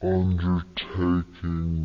undertaking